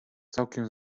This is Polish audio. całkiem